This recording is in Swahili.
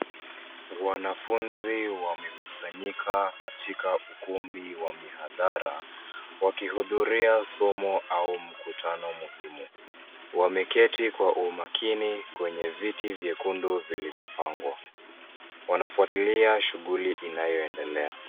Wanafunzi wamekusanyika katika ukumbi wa mihadhara wakihudhuria somo au mkutano muhimu. Wameketi kwa umakini kwenye viti vyekundu vilivyopangwa. Wanafuatilia shunguli inayoendelea.